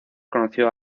conoció